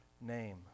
name